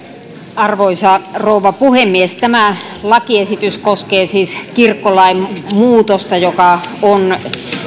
arvoisa rouva puhemies tämä lakiesitys koskee siis kirkkolain muutosta joka on